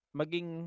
maging